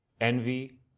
envy